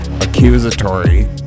accusatory